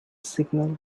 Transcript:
signal